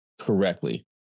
correctly